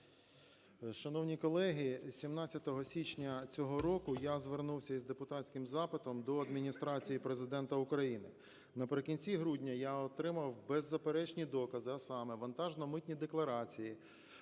Шановні колеги, 17 січня цього року я звернувся із депутатським запитом до Адміністрації Президента України. Наприкінці грудня я отримав беззаперечні докази, а саме вантажно-митні декларації